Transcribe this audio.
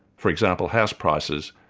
for example, house prices,